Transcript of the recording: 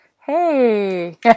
hey